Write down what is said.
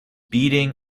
beating